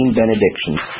benedictions